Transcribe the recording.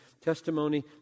testimony